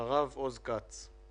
ואחריו עוז כץ.